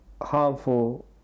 harmful